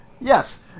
yes